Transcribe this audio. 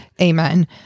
amen